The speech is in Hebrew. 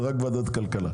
זאת רק ועדת הכלכלה.